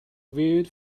viewed